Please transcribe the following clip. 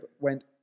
went